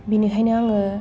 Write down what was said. बेनिखायनो आङो